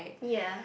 ya